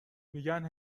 میگن